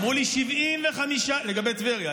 לגבי טבריה,